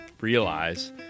realize